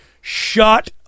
shut